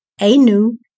A-New